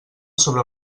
sobre